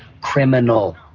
criminal